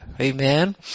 Amen